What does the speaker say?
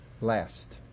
last